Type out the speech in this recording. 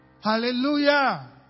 Hallelujah